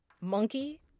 Monkey